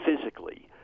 physically